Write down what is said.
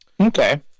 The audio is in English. Okay